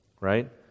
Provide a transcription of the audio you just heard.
right